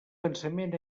pensament